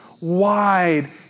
wide